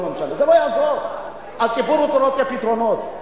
הציבור רוצה פתרונות.